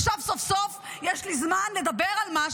עכשיו סוף-סוף יש לי זמן לדבר על מה שמעניין,